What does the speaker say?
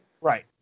Right